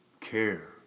Care